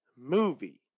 movie